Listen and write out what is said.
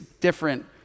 different